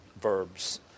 verbs